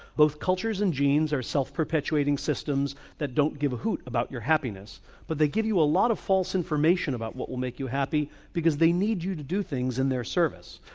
both cultures and genes are self perpetuating systems that don't give a hoot about your happiness but they give you a lot of false information about what will make you happy because they need you to do things in their service.